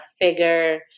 figure